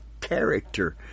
character